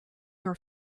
your